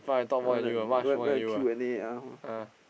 other than don't have don't have Q and A ah